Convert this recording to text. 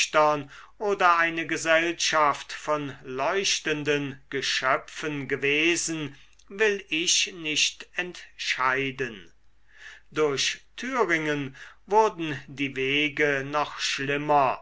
oder eine gesellschaft von leuchtenden geschöpfen gewesen will ich nicht entscheiden durch thüringen wurden die wege noch schlimmer